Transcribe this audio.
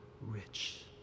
rich